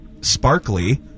sparkly